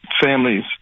families